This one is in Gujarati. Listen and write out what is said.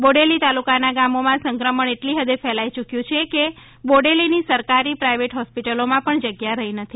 બોડેલી તાલુકાના ગામોમાં સંક્રમણ એટલી હદે ફેલાઈ યૂક્યું છે કે બોડેલીની સરકારીપ્રાઇવેટ હોસ્પિટલોમાં પણ જગ્યા રહી નથી